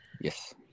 yes